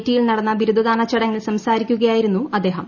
ടിയിൽ നടന്ന ബിരുദദാനചടങ്ങിൽ സംസാരിക്കുകയായിരുന്നു അദ്ദേഹം